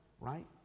right